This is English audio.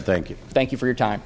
thank you thank you for your time